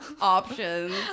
options